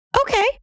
Okay